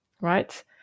right